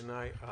בעיניי.